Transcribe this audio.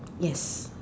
yes